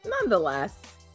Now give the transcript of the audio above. nonetheless